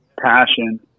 passion